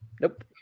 Nope